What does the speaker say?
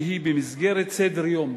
שהיא במסגרת סדר-יום,